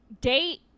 date